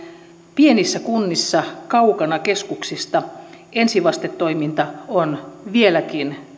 pienissä kunnissa kaukana keskuksista ensivastetoiminta on vieläkin